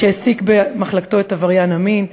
שהעסיק במחלקתו את עבריין המין?